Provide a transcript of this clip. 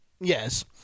yes